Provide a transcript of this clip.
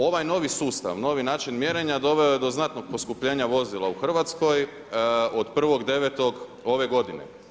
Ovaj novi sustav, novi način mjerenja doveo je do znatnog poskupljenja vozila u Hrvatskoj od 1.9. ove godine.